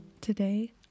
Today